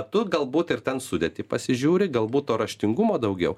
tu galbūt ir ten sudėtį pasižiūri galbūt to raštingumo daugiau